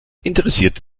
interessierte